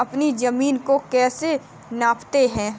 अपनी जमीन को कैसे नापते हैं?